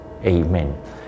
Amen